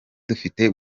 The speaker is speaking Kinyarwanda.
dufite